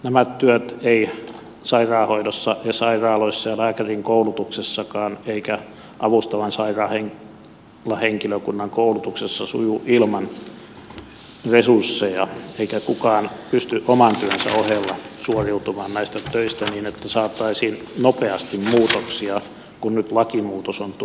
nämä työt eivät sairaanhoidossa ja sairaaloissa lääkärinkoulutuksessakaan eivätkä avustavan sairaalahenkilökunnan koulutuksessa suju ilman resursseja eikä kukaan pysty oman työnsä ohella suoriutumaan näistä töistä niin että saataisiin nopeasti muutoksia kun nyt lakimuutos on tullut voimaan